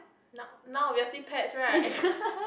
now now obviously pets right